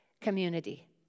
community